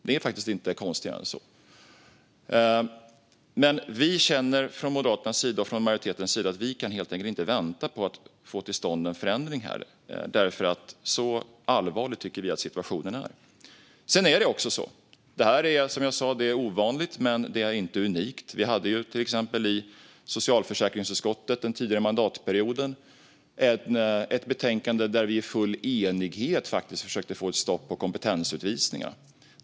Det är faktiskt inte konstigare än så. Vi moderater, och majoriteten, känner att vi inte kan vänta med att få till stånd en förändring. Så allvarlig tycker vi att situationen är. Detta är ovanligt men inte unikt. I socialförsäkringsutskottet hade vi under den tidigare mandatperioden ett betänkande där vi med full enighet försökte få stopp på kompetensutvisningar.